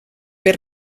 per